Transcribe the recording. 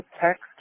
text